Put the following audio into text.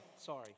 sorry